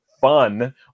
fun